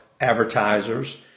advertisers